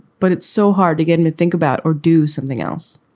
but it's so hard to get him to think about or do something else.